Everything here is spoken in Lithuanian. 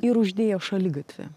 ir uždėjo šaligatvį